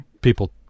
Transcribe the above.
People